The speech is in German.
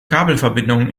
kabelverbindungen